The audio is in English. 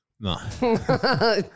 No